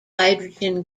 hydrogen